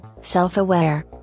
self-aware